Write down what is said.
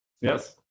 yes